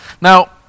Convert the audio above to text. Now